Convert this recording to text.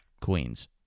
Queens